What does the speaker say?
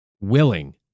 willing